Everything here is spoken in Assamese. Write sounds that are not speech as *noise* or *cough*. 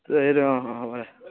*unintelligible* সেইটো অঁ অঁ হ'ব দে